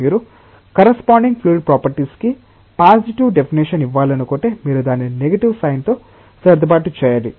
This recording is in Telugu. మీరు కరెస్పొండింగ్ ఫ్లూయిడ్ ప్రాపర్టీ కి పాసిటివ్ డెఫినెషన్ఇవ్వాలనుకుంటే మీరు దానిని నెగటివ్ సైన్ తో సర్దుబాటు చేయాలి